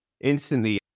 instantly